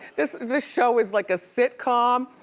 this this show is like a sitcom,